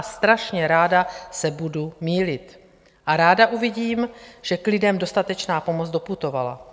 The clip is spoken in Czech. Strašně ráda se budu mýlit a ráda uvidím, že k lidem dostatečná pomoc doputovala.